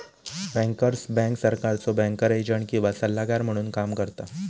bankers bank सरकारचो banker agent किंवा सल्लागार म्हणून काम करता